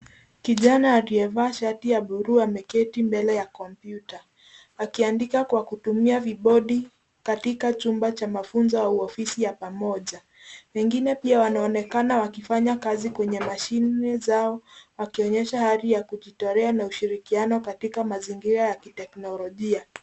Kijana aliyevaa shati ya buluu ameketi mbele ya kompyuta, akiandika kwa kutumia vibodi katika chumba cha mafunzo au ofisi ya pamoja. Wengine pia wanaonekana wakifanya kazi kwenye mashine zao, wakionyesha hali ya kujitolea na ushirikiano katika mazingira ya kiteknolojia.